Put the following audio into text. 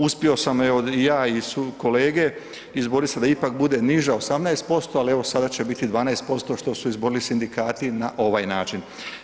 Uspio sam, evo, ja i sukolege izborit se da ipak bude niža, 18%, ali evo, sada će biti 12%, što su izborili sindikati na ovaj način.